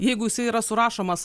jeigu jisai yra surašomas